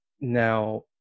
Now